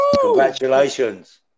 congratulations